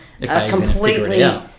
completely